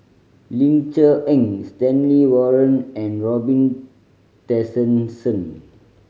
Ling Cher Eng Stanley Warren and Robin Tessensohn